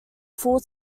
full